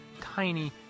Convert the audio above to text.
tiny